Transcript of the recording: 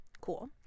cool